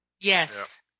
Yes